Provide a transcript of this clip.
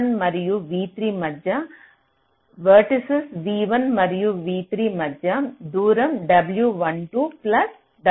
V1 మరియు v3 మధ్య vertices v1 మరియు v3 మధ్య దూరం W12 ప్లస్ W23